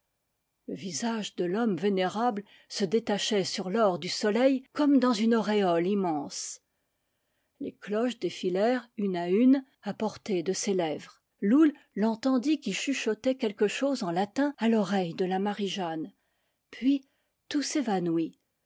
le visage de l'homme vénérable se détachait sur l'or du soleil comme dans une auréole immense les cloches défilèlèrent une à une à portée de ses lèvres loull l'entendit qui chuchotait quelque chose en latin à l'oreille de la mariejeanne puis tout